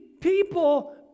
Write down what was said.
people